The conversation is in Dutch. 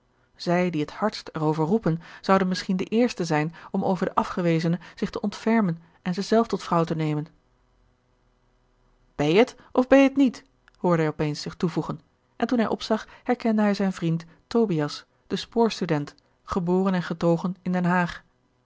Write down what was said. zij die het hardst er over roepen zouden misschien de eersten zijn om over de afgewezene zich te ontfermen en ze zelf tot vrouw te nemen ben je t of ben je t niet hoorde hij op eens zich toevoegen en toen hij opzag herkende hij zijn vriend tobias den spoorstudent geboren en getogen in den haag